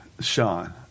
Sean